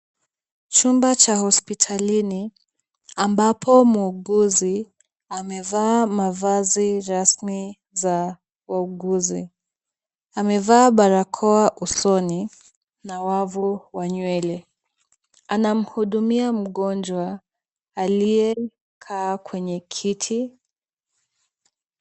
Chumba cha hospitalini ambapo muuguzi amevaa mavazi rasmi za wauguzi. Amevaa barakoa usoni na wavu wa nywele. Anamhudumia mgonjwa aliyekaa kwenye kiti.